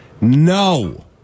No